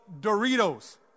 Doritos